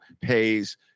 pays